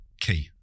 key